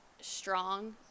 strong